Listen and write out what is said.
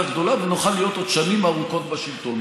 גדולה ונוכל להיות עוד שנים ארוכות בשלטון.